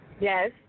Yes